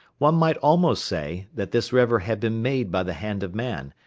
one might almost say that this river had been made by the hand of man,